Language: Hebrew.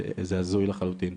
זה הזוי לחלוטין.